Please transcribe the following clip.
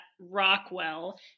Rockwell